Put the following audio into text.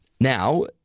Now